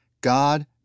God